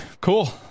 cool